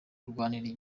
kurwanirira